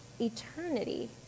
eternity